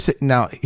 Now